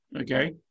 okay